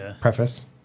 preface